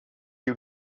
you